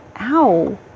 Ow